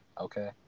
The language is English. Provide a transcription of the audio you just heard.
okay